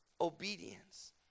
obedience